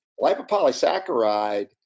lipopolysaccharide